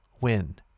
win